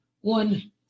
one